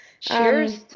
Cheers